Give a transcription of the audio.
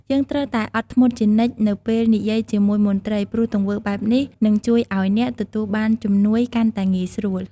យើងត្រូវតែអត់ធ្មត់ជានិច្ចនៅពេលនិយាយជាមួយមន្ត្រី ព្រោះទង្វើបែបនេះ នឹងជួយឱ្យអ្នកទទួលបានជំនួយកាន់តែងាយស្រួល។